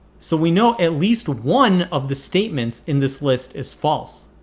so we know at least one of the statements in this list is false.